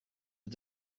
are